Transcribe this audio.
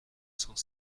cent